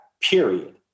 period